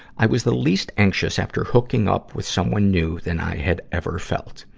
i was the least anxious after hooking up with someone new than i had ever felt.